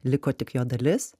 liko tik jo dalis